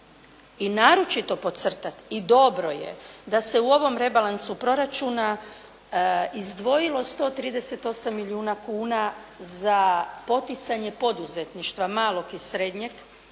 i naročito podcrtati i dobro je da se u ovom rebalansu proračuna izdvojilo 138 milijuna kuna za poticanje poduzetništva malog i srednjeg